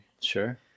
sure